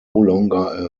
longer